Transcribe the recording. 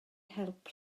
help